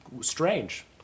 strange